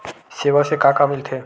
सेवा से का का मिलथे?